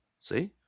See